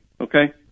okay